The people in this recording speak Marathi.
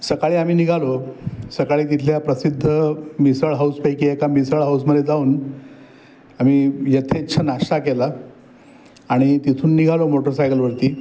सकाळी आम्ही निघालो सकाळी तिथल्या प्रसिद्ध मिसळ हाऊसपैकी एका मिसळ हाऊसमध्ये जाऊन आम्ही यथेच्छ नाश्ता केला आणि तिथून निघालो मोटरसायकलवरती